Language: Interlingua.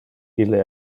ille